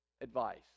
advice